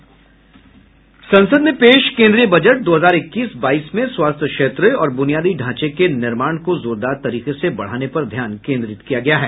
संसद में पेश केन्द्रीय बजट दो हजार इक्कीस बाईस में स्वास्थ्य क्षेत्र और बुनियादी ढांचे के निर्माण को जोरदार तरीके से बढ़ाने पर ध्यान केन्द्रित किया गया है